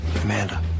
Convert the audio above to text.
Amanda